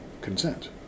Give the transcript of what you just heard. consent